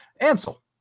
Ansel